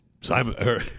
Simon